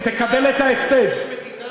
תקבל את ההפסד.